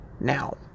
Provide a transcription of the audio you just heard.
Now